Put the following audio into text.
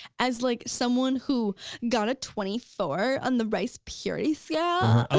as like someone who got a twenty four on the rice purity so yeah